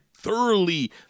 thoroughly